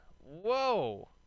whoa